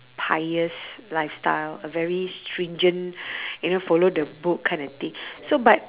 pious lifestyle a very stringent you know follow the book kind of thing so but